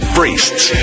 Priests